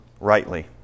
rightly